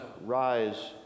rise